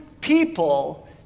people